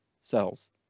cells